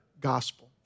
gospel